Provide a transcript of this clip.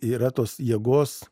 yra tos jėgos